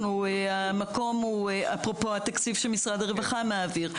המקום הוא אפרופו התקציב שמשרד הרווחה מעביר.